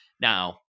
Now